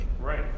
Right